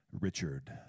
Richard